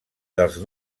dels